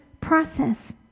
process